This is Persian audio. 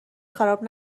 خراب